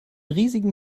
riesigen